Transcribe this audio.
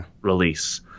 release